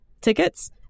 tickets